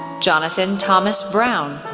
jonathan thomas brown,